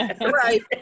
right